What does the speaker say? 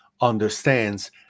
understands